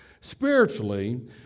Spiritually